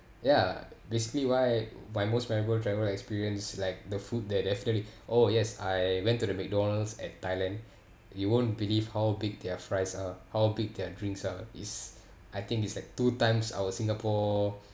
ya basically why my most memorable travel experience like the food there definitely oh yes I went to the mcdonald's at thailand you won't believe how big their fries are how big their drinks are is I think is like two times our singapore